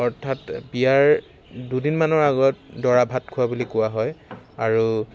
অৰ্থাৎ বিয়াৰ দুদিনমানৰ আগত দৰা ভাত খোওৱা বুলি কোৱা হয় আৰু